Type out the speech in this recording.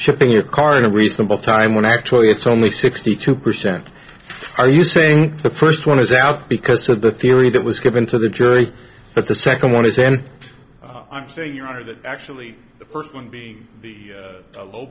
shipping your car in a reasonable time when actually it's only sixty two percent are you saying the first one is out because so the theory that was given to the jury but the second one is and i'm saying your honor that actually the first one being th